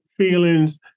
feelings